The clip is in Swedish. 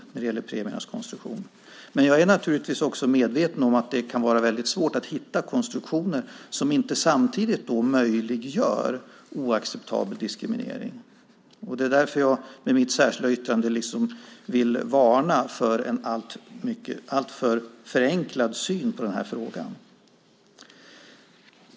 Jag är dock också naturligtvis medveten om att det kan vara väldigt svårt att hitta konstruktioner som inte samtidigt möjliggör oacceptabel diskriminering. Det är därför jag med mitt särskilda yttrande vill varna för en alltför förenklad syn på denna fråga.